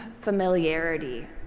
familiarity